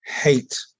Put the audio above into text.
hate